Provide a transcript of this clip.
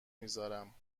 میزارم